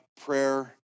prayer